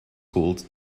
called